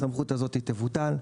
הסמכות הזאת תבוטל.